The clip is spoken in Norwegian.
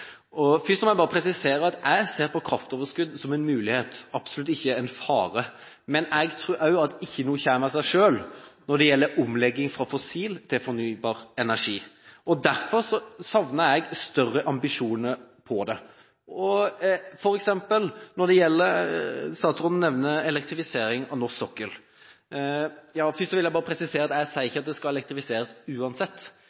Først må jeg bare presisere at jeg ser på kraftoverskudd som en mulighet, absolutt ikke som en fare. Men jeg tror også at det ikke er noe som kommer av seg selv når det gjelder omlegging fra fossil til fornybar energi. Derfor savner jeg større ambisjoner her. Statsråden nevner elektrifisering av norsk sokkel. Først vil jeg bare presisere at jeg sier